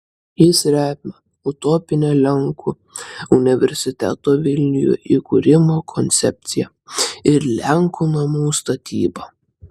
jis remia utopinę lenkų universiteto vilniuje įkūrimo koncepciją ir lenkų namų statybą